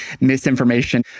misinformation